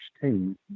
team